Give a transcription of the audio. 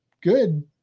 good